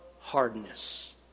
hardness